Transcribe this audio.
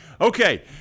Okay